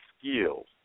skills